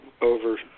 Over